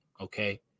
Okay